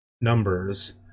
numbers